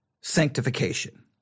sanctification